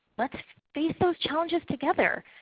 let's face those challenges together.